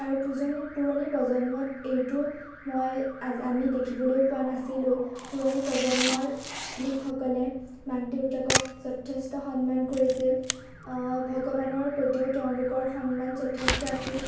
আৰু পুজনি পুৰণি প্ৰজন্মত এইটো মই আমি দেখিবলৈ পোৱা নাছিলোঁ পুৰণি প্ৰজন্মৰ লোকসকলে মাক দেউতাকক যথেষ্ট সন্মান কৰিছিল ভগৱানৰ প্ৰতিও তেওঁলোকৰ সন্মান যথেষ্ট আছিল